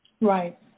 Right